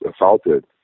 assaulted